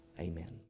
Amen